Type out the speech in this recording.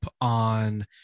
on